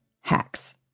hacks